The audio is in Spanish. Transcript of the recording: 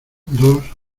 dos